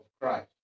Christ